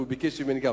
הוא ביקש גם ממני.